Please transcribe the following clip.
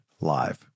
live